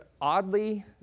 oddly